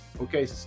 Okay